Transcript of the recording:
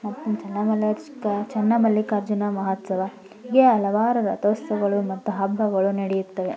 ಮತ್ತು ಚನ್ನಮಲ್ಲೀಸ್ಕ ಚನ್ನಮಲ್ಲಿಕಾರ್ಜುನ ಮಹೋತ್ಸವ ಹೀಗೆ ಹಲವಾರು ರಥೋತ್ಸವಗಳು ಮತ್ತು ಹಬ್ಬಗಳು ನಡೆಯುತ್ತವೆ